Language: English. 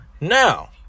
Now